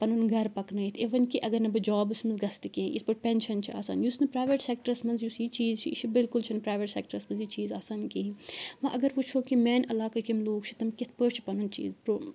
پَنُن گَرٕ پَکنٲیِتھ اِوٕن کہِ اگر نہِ بہٕ جابس منٛز کَژھٕ تہٕ کہینۍ اتھ پٲٹھۍ پٮ۪نشن چھ آسان یُس نہٕ پریویٹ سیٚکٹرس منٛز یُس یہِ چیٖز چھ یہِ چھنہٕ بلکل چھنہٕ پریویٹ سیٚکٹرس منٛز یہِ چیٖز آسان کہیٖنۍ وَ اگر وٕچھو کہِ میانہِ علاقٕکۍ یِم لوٗکھ چھِ تِم کِتھ پٲٹھۍ چھ